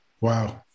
Wow